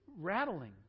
rattling